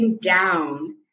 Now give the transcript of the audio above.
down